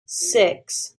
six